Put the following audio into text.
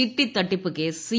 ചിട്ടിതട്ടിപ്പ് case C